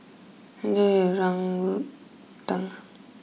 enjoy your Yang Rou Tang